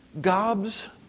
gobs